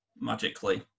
magically